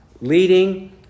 leading